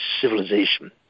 civilization